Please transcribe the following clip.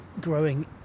growing